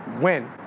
win